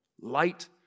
Light